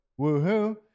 woohoo